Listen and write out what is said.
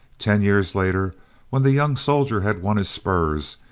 ten years later when the young soldier had won his spurs,